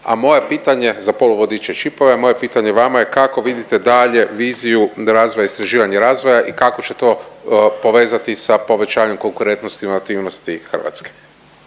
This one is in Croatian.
a moje pitanje, za poluvodiče i čipove. Moje pitanje vama je kako vidite dalje viziju razvoja istraživanja i razvoja i kako će to povezati sa povećanjem konkurentnosti i aktivnosti Hrvatske?